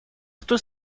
кто